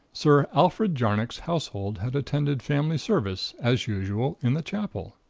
sir alfred jarnock's household had attended family service, as usual, in the chapel.